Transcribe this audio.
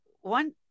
one